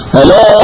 Hello